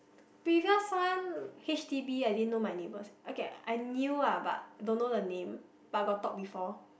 previous one H_D_B I didn't know my neighbours okay ah I knew ah but don't know the name but got talk before